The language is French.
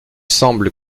semble